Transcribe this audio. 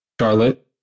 Charlotte